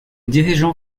dirigeant